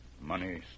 Money